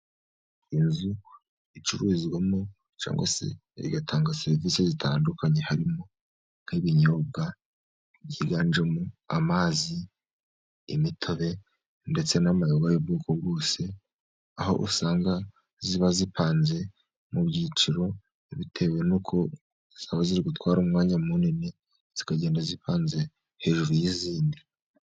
Inzu icururizwamo cyangwa se igatanga serivise zitandukanye, harimo nk'ibinyobwa byiganjemo amazi, imitobe ndetse n'inzoga z'ubwoko bwose ,aho usanga ziba zipanze mu byiciro bitewe n'uko zaba ziri gutwara umwanya munini, zikagenda zipanze hejuru y'izindi.